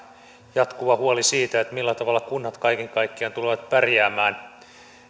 jatkuva huoli siitä millä tavalla kunnat kaiken kaikkiaan tulevat pärjäämään